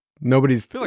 Nobody's